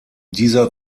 dieser